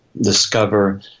discover